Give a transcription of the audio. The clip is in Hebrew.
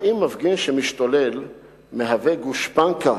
האם מפגין שמשתולל מהווה גושפנקה